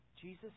Jesus